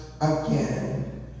again